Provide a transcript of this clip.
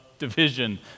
division